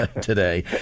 today